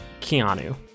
Keanu